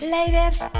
Ladies